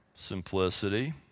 Simplicity